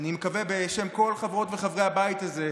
אני מקווה בשם כל חברי וחברות הבית הזה,